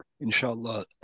Inshallah